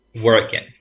working